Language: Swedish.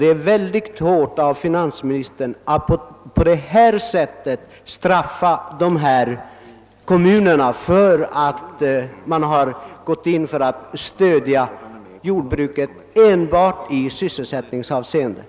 Det är då väldigt hårt att på det sätt som finansministern gjort straffa dessa kommuner för att de i syfte att främja sysselsättningen har vidtagit dessa åtgärder.